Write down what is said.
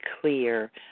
clear